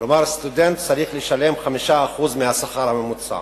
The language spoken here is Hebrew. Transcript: כלומר סטודנט צריך לשלם 5% מהשכר הממוצע.